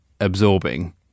absorbing